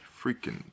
Freaking